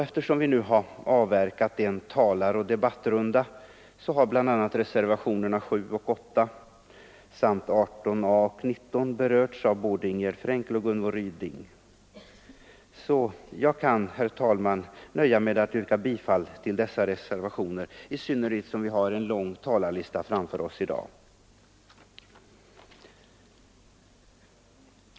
Eftersom vi nu har avverkat en talaroch debattrunda har bl.a. reservationerna 7 och 8 samt 18 a och 19 berörts av både Ingegerd Frenkel och Gunvor Ryding. Jag kan, herr talman, nöja mig med att yrka bifall till dessa reservationer, i synnerhet som vi har en lång talarlista i dag.